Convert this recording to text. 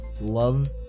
love